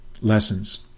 lessons